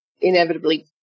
inevitably